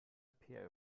peer